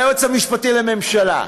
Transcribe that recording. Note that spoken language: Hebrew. היועץ המשפטי לממשלה,